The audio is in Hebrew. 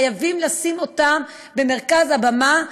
חייבים לשים אותה במרכז הבמה,